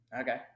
Okay